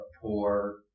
poor